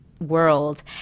world